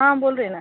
हां बोल रेना